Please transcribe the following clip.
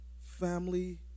family